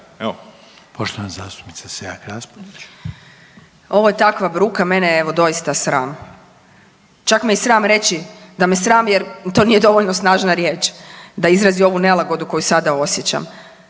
**Selak Raspudić, Marija (Nezavisni)** Ovo je takva bruka, mene je evo doista sram, čak me i sram reći da me sram jer to nije dovoljno snažna riječ da izrazi ovu nelagodu koju sada osjećam.